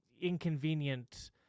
inconvenient